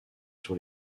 sur